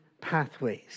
pathways